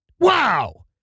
Wow